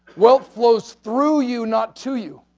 wealth flows through you not to you,